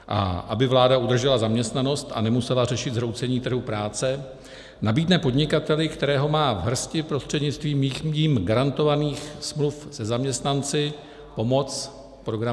A aby vláda udržela zaměstnanost a nemusela řešit zhroucení trhu práce, nabídne podnikateli, kterého má v hrsti prostřednictvím jím garantovaných smluv se zaměstnanci, pomoc program Antivirus.